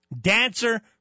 Dancer